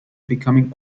becoming